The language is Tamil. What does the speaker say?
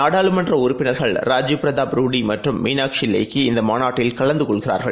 நாடாளுமன்றஉறுப்பினர்கள் ராஜீவ் பிரதாப் ரூடி மற்றும் மீனாக்ஷி லெய்கி இந்தமாநாட்டில் கலந்துகொள்கிறார்கள்